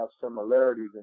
similarities